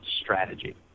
strategy